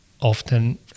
often